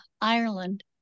Ireland